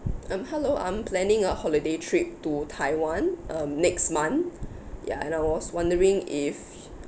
um hello I'm planning a holiday trip to taiwan um next month ya and I was wondering if